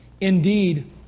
indeed